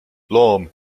loom